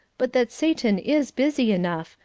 but that satan is busy enough,